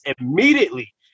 immediately